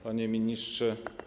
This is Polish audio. Panie Ministrze!